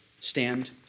stand